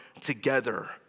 together